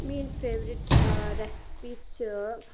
میٲنۍ favourite recipe چھِ